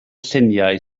lluniau